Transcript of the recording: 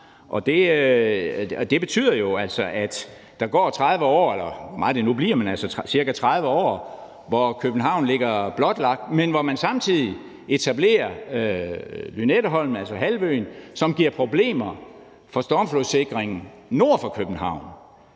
nu bliver, men altså ca. 30 år, hvor København ligger blotlagt, men hvor man samtidig etablerer Lynetteholmen, altså halvøen, som giver problemer for stormflodssikringen nord for København,